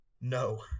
No